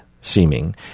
seeming